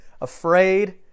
afraid